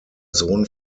sohn